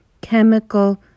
chemical